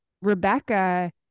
Rebecca